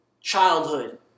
childhood